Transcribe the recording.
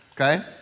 okay